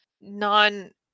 non